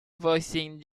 voicing